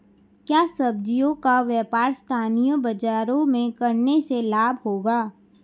क्या सब्ज़ियों का व्यापार स्थानीय बाज़ारों में करने से लाभ होगा?